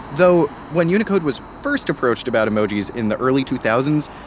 though when unicode was first approached about emojis in the early two thousand